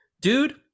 dude